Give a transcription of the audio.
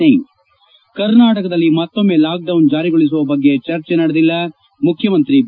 ಸಿಂಗ್ ಕರ್ನಾಟಕದಲ್ಲಿ ಮತ್ತೊಮ್ನೆ ಲಾಕ್ಡೌನ್ ಜಾರಿಗೊಳಿಸುವ ಬಗ್ಗೆ ಚರ್ಚೆ ನಡೆದಿಲ್ಲ ಮುಖ್ಯಮಂತ್ರಿ ಬಿ